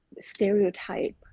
stereotype